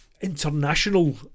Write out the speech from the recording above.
international